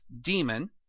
demon